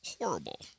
horrible